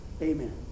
Amen